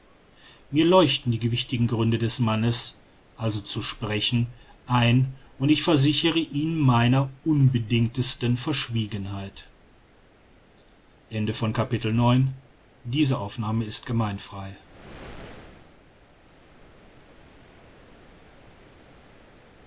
mir leuchten die gewichtigen gründe des mannes also zu sprechen ein und ich versichere ihn meiner unbedingtesten verschwiegenheit